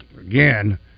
again